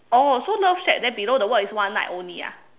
oh so love shack then below the word is one night only ah